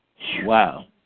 Wow